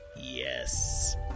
Yes